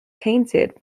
tainted